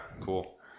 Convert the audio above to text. cool